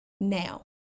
now